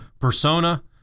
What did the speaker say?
persona